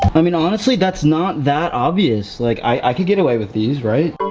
i mean, honestly, that's not that obvious, like, i could get away with these right?